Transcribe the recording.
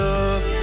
up